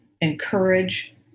encourage